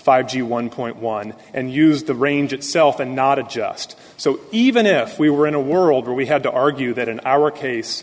five g one point one and use the range itself and not a just so even if we were in a world where we had to argue that in our case